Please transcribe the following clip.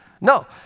No